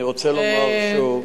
אני רוצה לומר שוב,